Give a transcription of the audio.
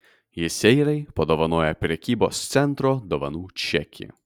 jis seirai padovanojo prekybos centro dovanų čekį